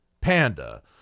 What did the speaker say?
panda